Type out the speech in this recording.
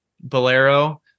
bolero